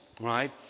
right